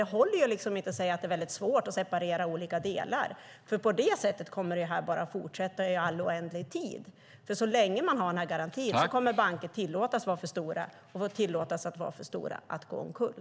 Det håller inte att säga att det är väldigt svårt att separera olika delar. På det sättet kommer det ju bara att fortsätta i oändlig tid. Så länge man har den här garantin kommer banker att tillåtas att vara för stora och tillåtas vara för stora att gå omkull.